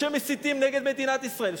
כשמסיתים נגד מדינת ישראל,